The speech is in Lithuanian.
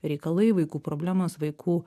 reikalai vaikų problemos vaikų